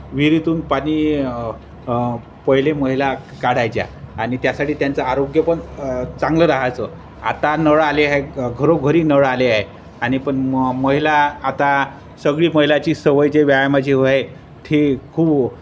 विहिरीतून पाणी पहिले महिला काढायच्या आणि त्यासाठी त्यांचं आरोग्य पण चांगलं राहायचं आता नळ आले आहे घरोघरी नळं आले आहे आणि पण म महिला आता सगळी महिलाची सवय जे व्यायामाची आहे ती खूप